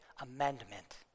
Amendment